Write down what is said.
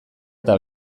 eta